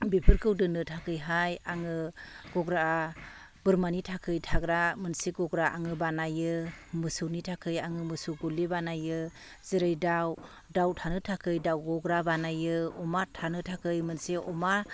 बेफोरखौ दोननो थाखैहाय आङो गग्रा बोरमानि थाखै थाग्रा मोनसे गग्रा आङो बानायो मोसौनि थाखै आङो मोसौ गलि बानायो जेरै दाउ दाउ थानो थाखै दाउ गग्रा बानायो अमा थानो थाखै मोनसे अमा